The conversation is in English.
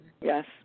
yes